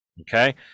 Okay